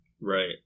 Right